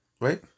Right